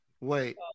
Wait